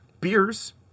beers